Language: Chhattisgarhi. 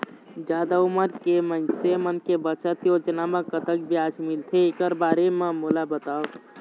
जादा उमर के मइनसे मन के बचत योजना म कतक ब्याज मिलथे एकर बारे म मोला बताव?